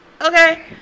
Okay